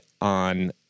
on